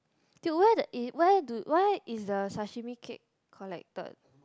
dude where the is where do where is the sashimi cake collected